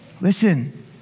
Listen